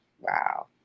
Wow